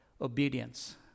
obedience